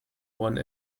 one